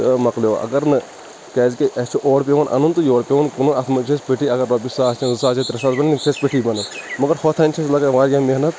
آ یہِ مۅکلیٛو اَگر نہٕ کیٛازِ کہِ اَسہِ چھِ اورٕ پیٚوان اَنُن تہٕ یورٕ پیٚوان کٕنُن اَتھ منٛز چھِ اَسہِ پیٚٹھی اگر رۄپیہِ ساس یا زٕ ساس یا ترٛےٚ ساس تِم چِھ اَسہِ پیٚٹھی بنان مگر یتھ ہَن چھِ اسہِ لگان واریاہ محنت